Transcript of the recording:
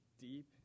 deep